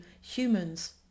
humans